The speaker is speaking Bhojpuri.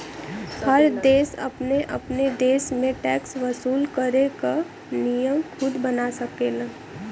हर देश अपने अपने देश में टैक्स वसूल करे क नियम खुद बना सकेलन